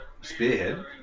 spearhead